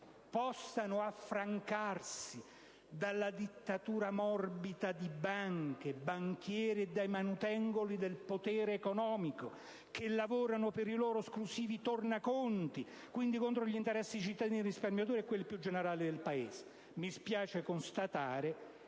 possano affrancarsi dalla dittatura morbida di banche, banchieri e manutengoli del potere economico, che lavorano per i loro esclusivi tornaconti, quindi contro gli interessi dei cittadini risparmiatori e quelli più generali del Paese. Mi spiace constatare